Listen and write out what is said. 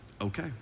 okay